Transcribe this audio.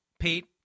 Pete